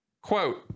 Quote